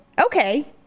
Okay